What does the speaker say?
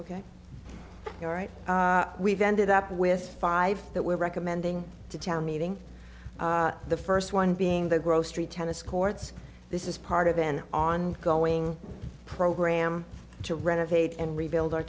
ok all right we've ended up with five that we're recommending to town meeting the first one being the grocery tennis courts this is part of an ongoing program to renovate and rebuild our